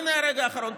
הינה הרגע האחרון,